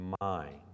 mind